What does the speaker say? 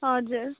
हजुर